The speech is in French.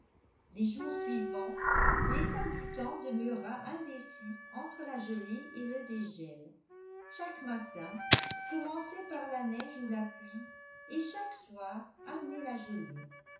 les jours suivants l'état du temps demeura indécis entre la gelée et le dégel chaque matin commençait par la neige ou la pluie et chaque soir amenait la gelée